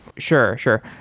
sure. sure.